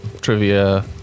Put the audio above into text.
trivia